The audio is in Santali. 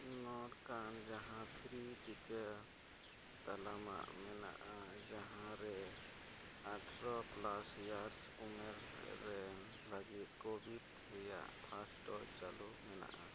ᱱᱚᱝᱠᱟᱱ ᱡᱟᱦᱟᱸ ᱯᱷᱨᱤ ᱴᱤᱠᱟᱹ ᱛᱟᱞᱢᱟ ᱢᱮᱱᱟᱜᱼᱟ ᱡᱟᱦᱟᱸ ᱨᱮ ᱟᱴᱷᱨᱚ ᱯᱞᱟᱥ ᱤᱭᱟᱨᱥ ᱩᱢᱮᱨ ᱨᱮᱱ ᱞᱟᱹᱜᱤᱫ ᱠᱳᱵᱷᱳᱵᱷᱮᱠᱥ ᱨᱮᱭᱟᱜ ᱯᱷᱟᱥᱴ ᱰᱳᱡᱽ ᱪᱟᱹᱞᱩ ᱢᱮᱱᱟᱜᱼᱟ